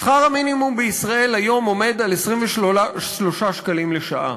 שכר המינימום בישראל היום עומד על 23 שקלים לשעה.